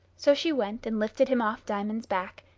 so she went and lifted him off diamond's back,